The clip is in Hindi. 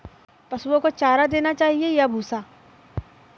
पशुओं को चारा देना चाहिए या भूसा?